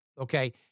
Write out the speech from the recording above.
Okay